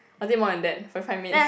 or is it more than that forty five minutes